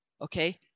okay